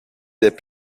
des